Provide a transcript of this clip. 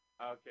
Okay